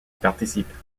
participent